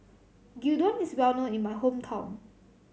gyudon is well known in my hometown